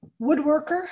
woodworker